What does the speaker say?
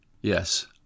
Yes